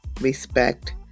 respect